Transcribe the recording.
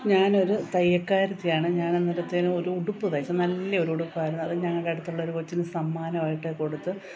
ഞാനൊരു തയ്യൽക്കാരത്തിയാണ് ഞാൻ അന്നേരത്തേനു ഒരു ഉടുപ്പ് തയ്ച്ചു നല്ലൊരു ഉടുപ്പായിരുന്നു അത് ഞങ്ങളുടെ അടുത്തുള്ളൊരു കൊച്ചിന് സമ്മാനമായിട്ടു കൊടുത്ത്